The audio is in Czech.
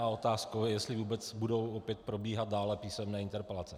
A otázkou je, jestli vůbec budou opět probíhat dále písemné interpelace.